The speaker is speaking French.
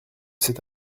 c’est